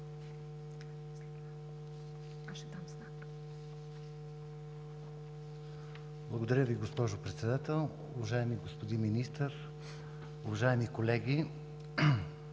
Благодаря Ви, уважаема госпожо Председател. Уважаеми господин Министър, уважаеми колеги!